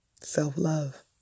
Self-love